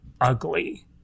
ugly